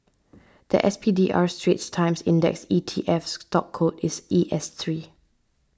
the S P D R Straits Times Index E T F stock code is E S three